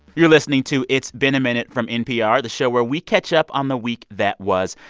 you're listening to it's been a minute from npr, the show where we catch up on the week that was.